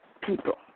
people